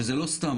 וזה לא סתם.